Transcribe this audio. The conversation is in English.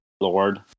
Lord